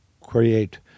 create